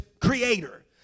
creator